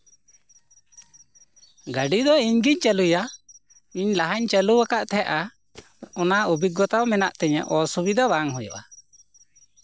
ᱜᱟᱹᱰᱤ ᱫᱚ ᱤᱧ ᱜᱤᱧ ᱪᱟᱹᱞᱩᱭᱟ ᱤᱧ ᱞᱟᱦᱟᱧ ᱪᱟᱞᱩᱣᱟᱠᱟᱫ ᱛᱟᱦᱮᱸᱫᱼᱟ ᱚᱱᱟ ᱚᱵᱷᱤᱜᱽᱜᱚᱛᱟ ᱦᱚᱸ ᱢᱮᱱᱟᱜ ᱛᱤᱧᱟᱹ ᱚᱥᱩᱵᱤᱫᱟ ᱵᱟᱝ ᱦᱩᱭᱩᱜᱼᱟ